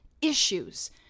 issues